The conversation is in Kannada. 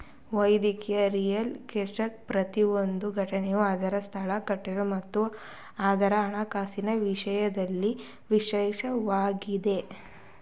ವೈವಿಧ್ಯತೆಯ ರಿಯಲ್ ಎಸ್ಟೇಟ್ನ ಪ್ರತಿಯೊಂದು ಘಟಕವು ಅದ್ರ ಸ್ಥಳ ಕಟ್ಟಡ ಮತ್ತು ಅದ್ರ ಹಣಕಾಸಿನ ವಿಷಯದಲ್ಲಿ ವಿಶಿಷ್ಟವಾಗಿದಿ